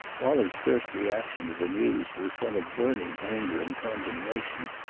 wallie's first reaction to the news was one of burning anger and condemnation.